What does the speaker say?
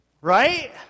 Right